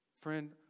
Friend